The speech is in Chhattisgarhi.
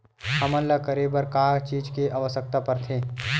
हमन ला करे बर का चीज के आवश्कता परथे?